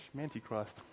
Antichrist